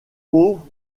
pauvre